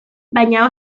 baina